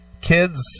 kids